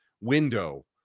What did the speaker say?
window